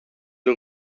wir